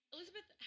Elizabeth